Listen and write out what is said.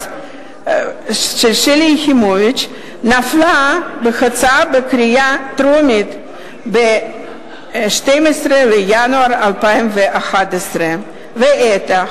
יחימוביץ נפלה בהצבעה בקריאה טרומית ב-12 בינואר 2011. ועתה,